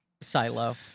silo